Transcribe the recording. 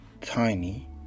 tiny